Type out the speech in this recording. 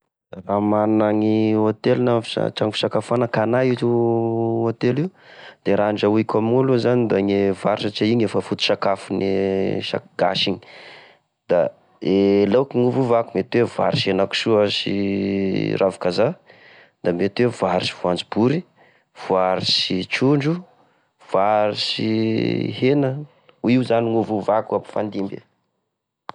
Raha managny hôtely na trano fisakafoana ka anahy io hotely io! De raha andrahoiko amignao aloa zany da gne vary satria iny efa foto-sakafo gne isaky gasy iny! da e laoky no hovavako! Mety hoe vary sy henakisoa sy ravi-kazaha, da mety hoe vary sy voanjobory, vary sy trondro, vary sy hena io zany no hovahovako hampifandimby e.